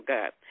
God